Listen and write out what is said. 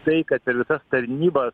tai kad per visas tarnybas